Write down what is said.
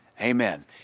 Amen